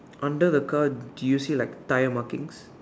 under the car do you see like tire markings